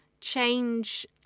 change